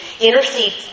Intercede